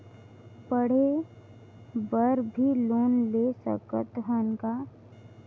पढ़े बर भी लोन ले सकत हन का?